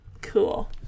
Cool